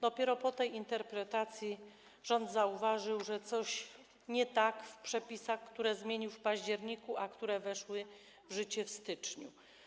Dopiero po tej interpretacji rząd zauważył, że coś jest nie tak w przepisach, które zmienił w październiku, a które weszły w życie w styczniu.